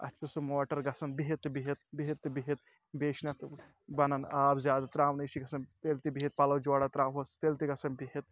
اَتھ چھُ سُہ موٹَر گژھان بِیٚہِتھ تہٕ بِیٚہِتھ بِیٚہِتھ تہٕ بِیٚہِتھ بیٚیہِ چھِنہٕ اَتھ بَنَان آب زیادٕ ترٛاونٕے یہِ چھِ گژھان تیٚلہِ تہِ بِیٚہِتھ پَلو جورہ ترٛاوہوس تیٚلہِ تہِ گژھان بِیٚہِتھ